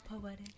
poetic